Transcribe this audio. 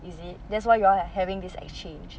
is it that's why you all having this exchange